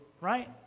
Right